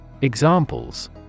Examples